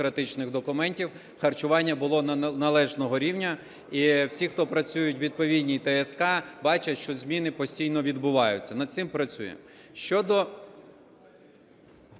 документів харчування було належного рівня і всі, хто працюють в відповідній ТСК, бачать, що зміни постійно відбуваються. Над цим працюємо.